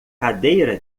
cadeira